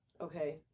Okay